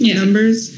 numbers